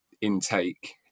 intake